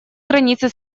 границы